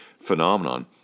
phenomenon